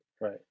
Right